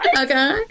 Okay